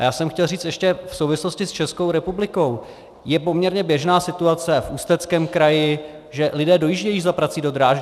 A já jsem chtěl říct ještě v souvislosti s Českou republikou, je poměrně běžná situace v Ústeckém kraji, že lidé dojíždějí za prací do Drážďan.